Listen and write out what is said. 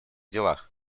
делах